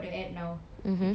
chia seed